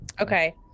Okay